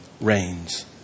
reigns